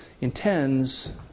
intends